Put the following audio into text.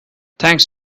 thanks